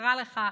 ואקרא לך.